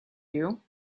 you